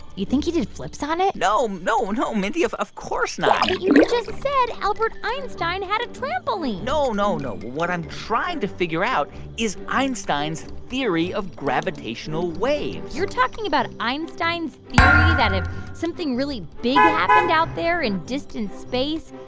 you think he did flips on it? no, um no. no, mindy. of of course not but you just said albert einstein had a trampoline no, no, no. what i'm trying to figure out is einstein's theory of gravitational waves you're talking about einstein's theory that if something really big happened out there in distant space,